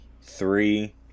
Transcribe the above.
three